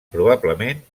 probablement